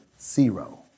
Zero